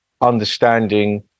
understanding